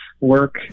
work